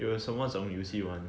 有什么种游戏玩